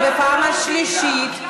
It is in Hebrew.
מה הצביעות הזאת?